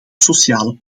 sociale